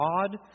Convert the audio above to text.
God